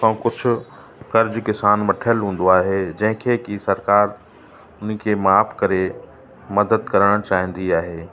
खां कुझु कर्ज़ किसान वठियल हूंदो आहे जंहिंखे की सरकार उन खे माफ़ करे मदद करणु चाहिंदी आहे